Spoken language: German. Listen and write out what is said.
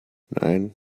nein